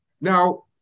Now